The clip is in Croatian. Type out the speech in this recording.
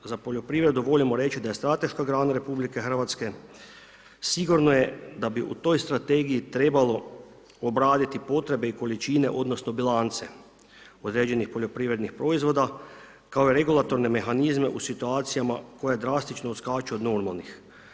Za poljoprivredu volimo reći da je strateška grana RH, sigurno je da bi u toj strategiji trebalo obraditi potrebe i količine odnosno bilance određenih poljoprivrednih proizvoda kao regulatorne mehanizme u situacijama koje drastično odskaču od normalnih.